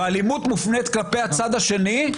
והאלימות מופנית כלפי הצד השני.